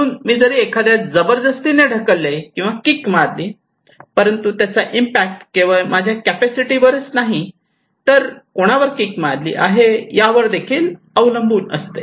म्हणून जरी मी एखाद्यास जबरदस्तीने ढकलले किंवा कीक मारली परंतु त्याचा इम्पॅक्ट केवळ माझ्या कॅपॅसिटीवरच नाही तर कोणावर कीक मारली आहे यावर देखील अवलंबून असते